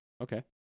Okay